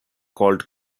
called